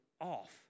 off